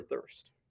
thirst